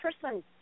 person